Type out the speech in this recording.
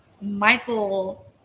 Michael